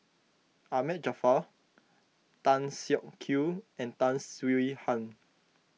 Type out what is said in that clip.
Ahmad Jaafar Tan Siak Kew and Tan Swie Hian